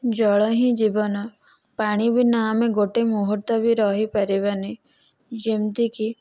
ଜଳ ହିଁ ଜୀବନ ପାଣି ବିନା ଆମେ ଗୋଟିଏ ମୁହୂର୍ତ୍ତ ବି ରହିପାରିବାନି ଯେମିତିକି